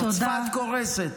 צפת קורסת.